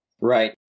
Right